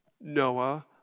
Noah